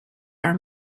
are